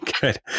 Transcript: Good